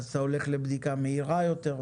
ואז אתה הולך לבדיקה מהירה יותר,